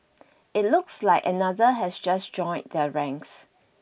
it looks like another has just joined their ranks